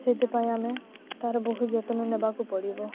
ସେଥିପାଇଁ ଆମେ ତାର ବହୁ ଯତ୍ନ ନେବାକୁ ପଡ଼ିବ